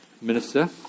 minister